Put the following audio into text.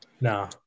No